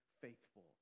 faithful